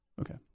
Okay